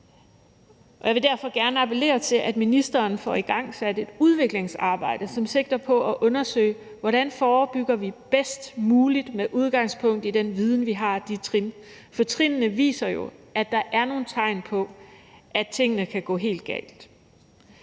Jeg vil derfor gerne appellere til, at ministeren får igangsat et udviklingsarbejde, som sigter mod at undersøge, hvordan vi bedst muligt forebygger med udgangspunkt i den viden, vi har om de trin. For trinnene viser jo, at der er nogle tegn på, at tingene kan gå helt galt.